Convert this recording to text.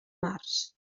març